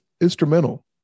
instrumental